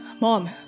Mom